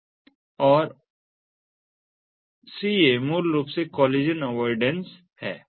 CA मूल रूप से कॉलिजन अवोइडेन्स है